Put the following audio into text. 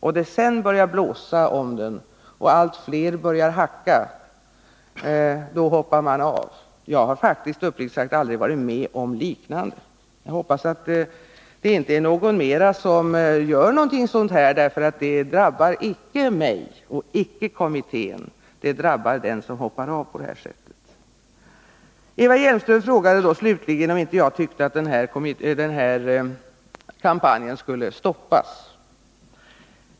När det började blåsa kring kampanjen och allt fler började hacka på den, hoppade han av. Jag har faktiskt, uppriktigt sagt, aldrig varit med om någonting liknande. Jag hoppas att det inte är ytterligare någon som gör någonting sådant. Detta drabbar icke mig och icke kommittén, utan det drabbar den som hoppar av på det här sättet. Eva Hjelmström frågade slutligen om jag inte tyckte att den här kampanjen borde stoppas.